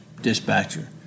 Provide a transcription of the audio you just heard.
Dispatcher